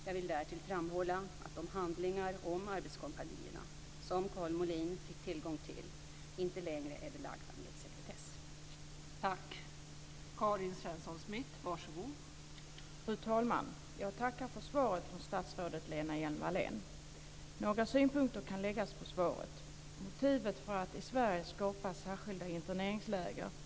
Jag vill därtill framhålla att de handlingar om arbetskompanierna som Karl Molin fick tillgång till inte längre är belagda med sekretess.